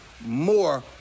more